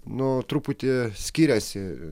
nu truputį skiriasi